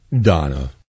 Donna